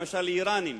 למשל לאירנים,